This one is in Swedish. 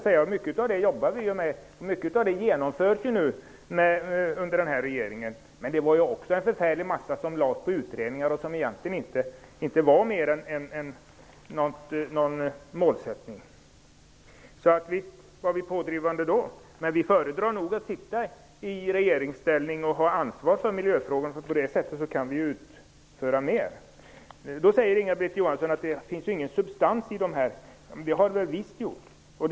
Många av dem jobbar vi med, och mycket av det som fanns där genomförs under den nuvarande regeringen. Men det var också en förfärlig massa som lades på utredningar och som egentligen inte var mer än en målsättning. Så visst var vi pådrivande då, men vi föredrar nog att sitta i regeringsställning och ha ansvar för miljöfrågorna, för på det sättet kan vi uträtta mer. Då säger Inga-Britt Johansson att det finns ingen substans i den här regeringens propositioner. Det gör det väl visst!